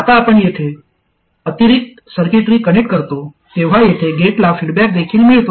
आता आपण येथे अतिरिक्त सर्किटरी कनेक्ट करतो तेव्हा तेथे गेटला फीडबॅक देखील मिळतो